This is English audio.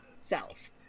self